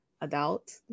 adult